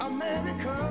America